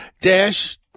dash